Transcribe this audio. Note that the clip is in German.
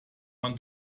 man